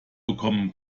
bekommen